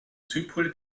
südpol